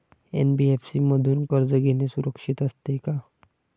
NBFC मधून कर्ज घेणे सुरक्षित असते का?